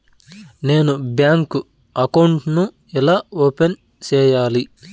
నేను bank account ను ఎలా ఓపెన్ సేయాలి?